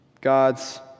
God's